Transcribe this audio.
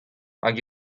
hag